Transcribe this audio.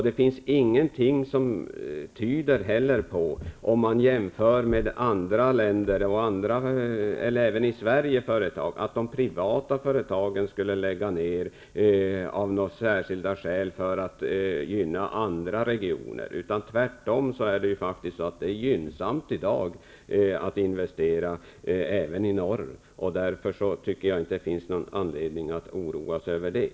Det finns heller ingenting som tyder på, vare sig i andra länder eller i Sverige, att de privata företagen skulle läggas ner för att gynna andra regioner. Tvärtom är det ju i dag gynnsamt att investera även i norr. Därför tycker jag inte att det finns anledning att oroa sig.